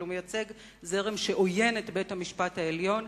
אבל הוא מייצג זרם שעוין את בית-המשפט העליון,